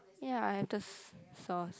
ya I have the sauce